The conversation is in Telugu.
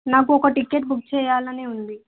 నాకు ఒక టికెట్ బుక్ చేయాలని ఉంది